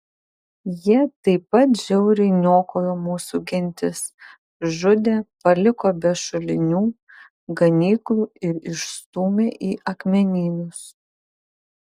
jie taip pat žiauriai niokojo mūsų gentis žudė paliko be šulinių ganyklų ir išstūmė į akmenynus